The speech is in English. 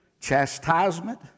chastisement